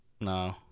No